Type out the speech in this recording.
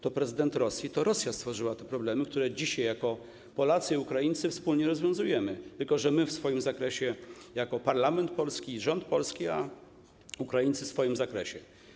To prezydent Rosji, to Rosja stworzyła te problemy, które dzisiaj jako Polacy i Ukraińcy wspólnie rozwiązujemy - my w swoim zakresie jako polski parlament i polski rząd, a Ukraińcy w swoim zakresie.